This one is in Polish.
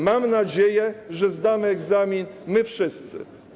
Mam nadzieję, że zdamy egzamin my wszyscy.